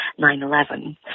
9-11